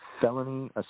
felony